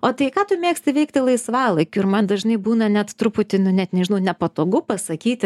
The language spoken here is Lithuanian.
o tai ką tu mėgsti veikti laisvalaikiu ir man dažnai būna net truputį nu net nežinau nepatogu pasakyti